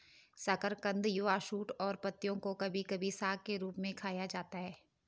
शकरकंद युवा शूट और पत्तियों को कभी कभी साग के रूप में खाया जाता है